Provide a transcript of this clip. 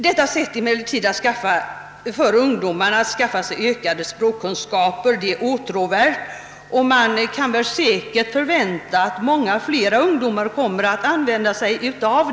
Denna möjlighet för ungdomarna att skaffa sig ökade språkkunskaper är åtråvärd, och man kan säkert förvänta att många fler ungdomar kommer att använda sig därav.